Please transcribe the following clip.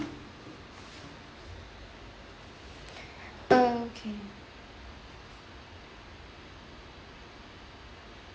uh okay